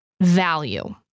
value